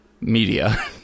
media